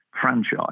franchise